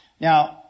Now